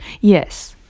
Yes